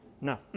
No